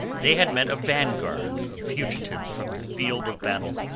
they had met a vanguard of fugitives from the field of battle,